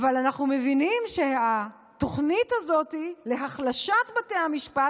אבל אנחנו מבינים שהתוכנית הזאת להחלשת בתי המשפט,